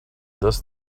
this